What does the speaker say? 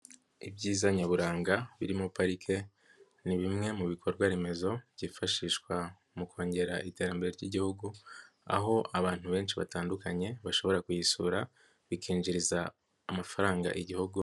Ibyiza nyaburanga birimo parike ni bimwe mu bikorwaremezo byifashishwa mu kongera iterambere ry'Igihugu, aho abantu benshi batandukanye bashobora kuyisura bikinjiriza amafaranga Igihugu.